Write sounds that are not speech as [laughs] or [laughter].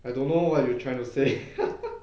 I don't know what you trying to say [laughs]